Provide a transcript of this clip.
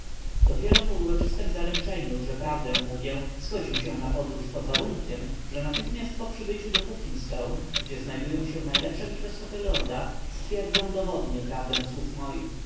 dopiero po uroczystem zaręczeniu że prawdę mówię zgodził się na podróż pod warunkiem że natychmiast po przybyciu do puckinstone gdzie znajdują się najlepsze mikroskopy lorda stwierdzę dowodnie prawdę słów moich